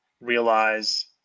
realize